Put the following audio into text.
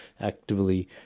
actively